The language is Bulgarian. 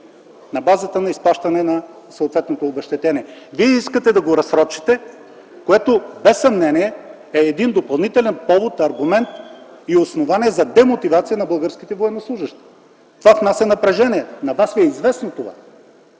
на базата на изплащане на съответни обезщетения. Вие искате да го разсрочите, което без съмнение е допълнителен повод, аргумент и основание за демотивация на българските военнослужещи. Това внася напрежение. На вас това ви е известно.